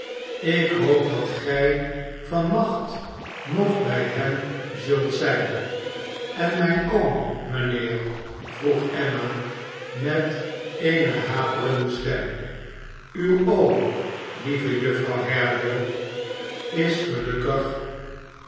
ik hoop dat gij van nacht nog bij hen zult zijn en mijn oom mijnheer vroeg emma met eene haperende stem uw oom heve juffer haredale is gelukkig